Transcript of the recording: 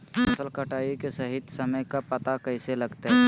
फसल कटाई के सही समय के पता कैसे लगते?